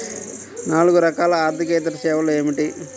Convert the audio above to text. నాలుగు రకాల ఆర్థికేతర సేవలు ఏమిటీ?